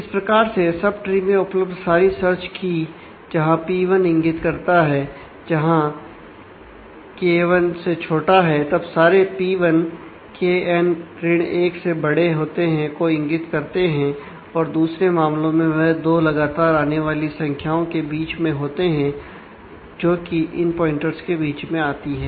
इसी प्रकार से सब ट्री में उपलब्ध सारी सर्च की संख्याओं के बीच में होते हैं जो कि इन प्वाइंटर्स के बीच में आती है